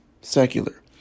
secular